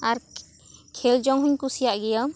ᱟᱨ ᱠᱷᱮᱞ ᱡᱚᱝ ᱦᱚᱹᱧ ᱠᱩᱥᱤᱭᱟᱜ ᱜᱮᱭᱟ